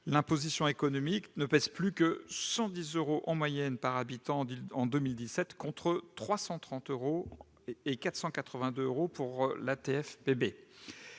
L'imposition économique ne pèse plus que 110 euros en moyenne par habitant en 2017, contre 330 euros pour la